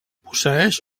posseeix